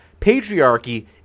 Patriarchy